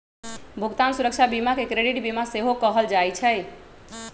भुगतान सुरक्षा बीमा के क्रेडिट बीमा सेहो कहल जाइ छइ